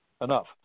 enough